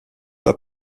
pas